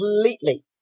completely